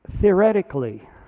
theoretically